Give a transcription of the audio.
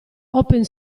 open